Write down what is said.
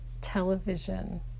television